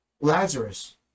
Lazarus